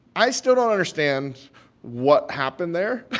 i still don't understand what happened there